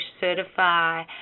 certify